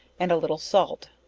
and a little salt,